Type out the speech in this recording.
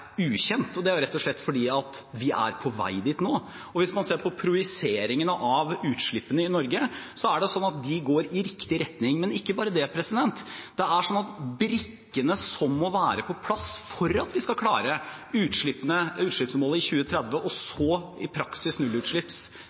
ukjent. Det er rett og slett fordi vi er på vei dit nå. Hvis man ser på projiseringen av utslippene i Norge, går de i riktig retning – og ikke bare det, brikkene som må være på plass for at vi skal klare utslippsmålet i 2030, og så i praksis